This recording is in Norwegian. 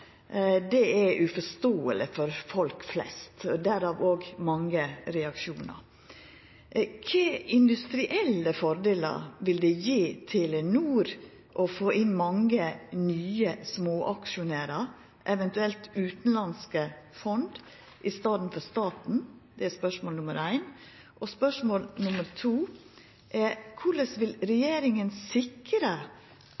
staten er, er uforståeleg for folk flest, og derav òg mange reaksjonar. Kva for industrielle fordelar vil det gje Telenor å få inn mange nye småaksjonærar, eventuelt utanlandske fond, i staden for staten? Det er spørsmål nr. 1. Spørsmål nr. 2 er: Korleis vil